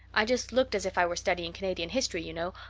i just looked as if i were studying canadian history, you know,